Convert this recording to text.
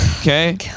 Okay